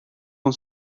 com